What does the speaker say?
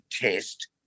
test